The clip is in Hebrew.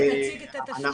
כמו שאנחנו מציינים תמיד,